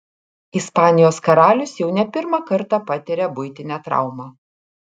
ispanijos karalius jau ne pirmą kartą patiria buitinę traumą